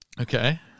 Okay